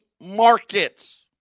markets